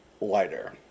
lighter